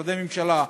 משרדי ממשלה,